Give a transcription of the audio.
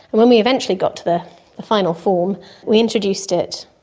when we eventually got to the the final form we introduced it,